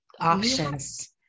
options